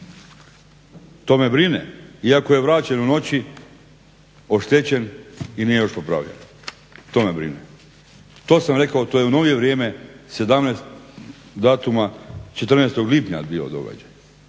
To me brine, iako je vraćen u noći oštećen i nije još popravljen. To me brine. To sam rekao to je u novije vrijeme, …/Govornik se ne razumije./… 14. lipnja bio događaj,